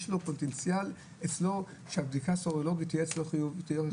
יש פוטנציאל שהבדיקה הסרולוגית שלו תהיה חיובית.